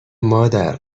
مادر